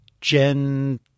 gen